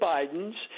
Bidens